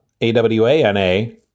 A-W-A-N-A